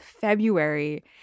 February